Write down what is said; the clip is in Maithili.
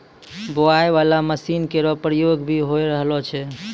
बोआई बाला मसीन केरो प्रयोग भी होय रहलो छै